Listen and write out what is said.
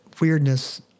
weirdness